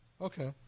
Okay